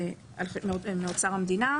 אני דואגת אם שמעת את המילים טוהר המידות,